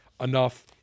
Enough